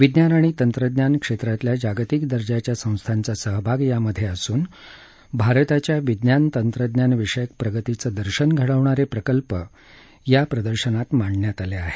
विज्ञान आणि तंत्रज्ञान क्षेत्रातल्या जागतिक दर्जाच्या संस्थांचा सहभाग यात असून भारताच्या विज्ञान तंत्रज्ञान विषयक प्रगतीचं दर्शन घडवणारे प्रकल्प त्यात मांडण्यात आले आहेत